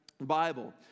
Bible